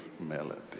melody